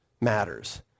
matters